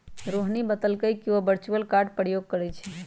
रोहिणी बतलकई कि उ वर्चुअल कार्ड के प्रयोग करई छई